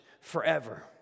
forever